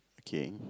okay